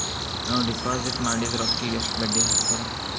ನಾವು ಡಿಪಾಸಿಟ್ ಮಾಡಿದ ರೊಕ್ಕಿಗೆ ಎಷ್ಟು ಬಡ್ಡಿ ಹಾಕ್ತಾರಾ?